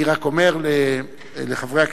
אני רק אומר לחברי הכנסת,